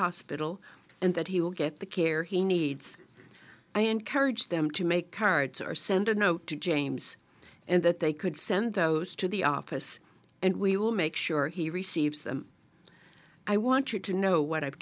hospital and that he will get the care he needs i encourage them to make cards or send a note to james and that they could send those to the office and we will make sure he receives them i want you to know what i've